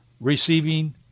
receiving